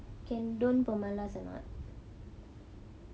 can don't pemalas or not